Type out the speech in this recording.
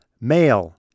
male